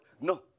No